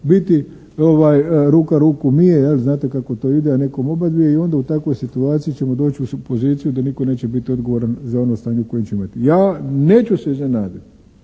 biti ruka ruku mije, je li, znate kako to ide, a nekom obadvije i onda u takvoj situaciji ćemo doći u poziciju da nitko neće biti odgovoran za ono stanje koje ćemo imati. Ja neću se iznenaditi